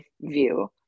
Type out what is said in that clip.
view